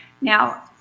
Now